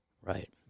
Right